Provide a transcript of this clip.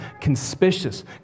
conspicuous